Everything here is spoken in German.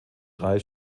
drei